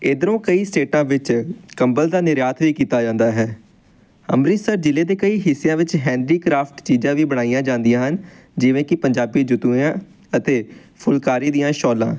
ਇੱਧਰੋਂ ਕਈ ਸਟੇਟਾਂ ਵਿੱਚ ਕੰਬਲ ਦਾ ਨਿਰਯਾਤ ਵੀ ਕੀਤਾ ਜਾਂਦਾ ਹੈ ਅੰਮ੍ਰਿਤਸਰ ਜ਼ਿਲ੍ਹੇ ਦੇ ਕਈ ਹਿੱਸਿਆਂ ਵਿੱਚ ਹੈਨਰੀ ਕਰਾਫਟ ਚੀਜ਼ਾਂ ਵੀ ਬਣਾਈਆਂ ਜਾਂਦੀਆਂ ਹਨ ਜਿਵੇਂ ਕਿ ਪੰਜਾਬੀ ਜੁੱਤੀਆਂ ਅਤੇ ਫੁੱਲਕਾਰੀ ਦੀਆਂ ਸ਼ੋਲਾਂ